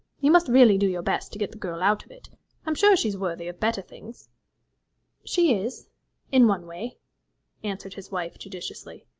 you must really do your best to get the girl out of it i'm sure she is worthy of better things she is in one way answered his wife judicially.